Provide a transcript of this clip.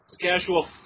Casual